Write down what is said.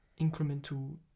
incremental